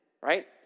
Right